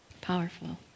Powerful